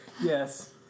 Yes